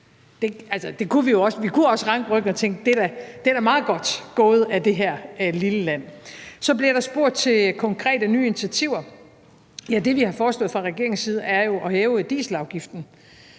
Vi kunne også ranke ryggen og tænke: Det er da meget godt gået af det her lille land. Så bliver der spurgt til konkrete nye initiativer. Det, vi har foreslået fra regeringens side, er jo at hæve dieselafgiften,